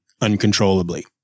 uncontrollably